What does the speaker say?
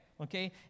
okay